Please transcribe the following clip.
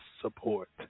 support